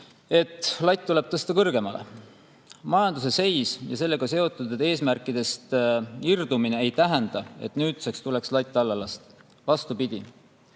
et latt tuleb tõsta kõrgemale. Majanduse seis ja sellega seotud eesmärkidest irdumine ei tähenda, et nüüd tuleks latt alla lasta. Vastupidi,